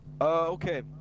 Okay